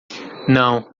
não